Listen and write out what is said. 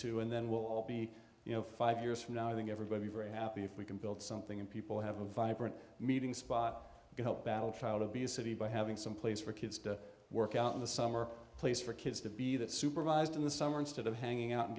to and then we'll all be you know five years from now i think everybody very happy if we can build something and people have a vibrant meeting spot to help battle child obesity by having some place for kids to work out in the summer place for kids to be that supervised in the summer instead of hanging out and